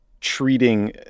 treating